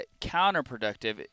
counterproductive